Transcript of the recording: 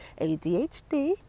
ADHD